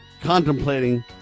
contemplating